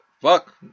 fuck